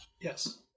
Yes